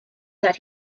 that